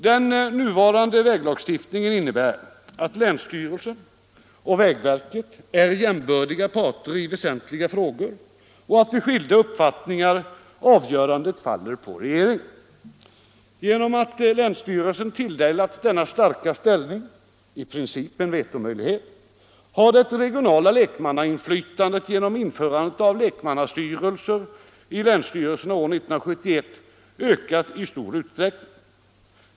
Den nuvarande väglagstiftningen innebär att länsstyrelse och vägverket är jämbördiga parter i väsentliga frågor och att vid skilda uppfattningar avgörandet faller på regeringen. Genom att länsstyrelsen tilldelats denna starka ställning — i princip en vetomöjlighet — har det regionala lekmannainflytandet vid införandet av lekmannastyrelser i länsstyrelserna år 1971 ökat i stor utsträckning.